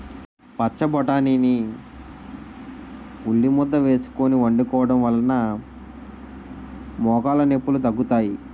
పచ్చబొటాని ని ఉల్లిముద్ద వేసుకొని వండుకోవడం వలన మోకాలు నొప్పిలు తగ్గుతాయి